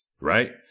right